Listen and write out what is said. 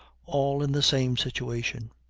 all in the same situation.